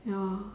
ya